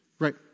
Right